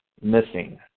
missing